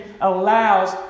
allows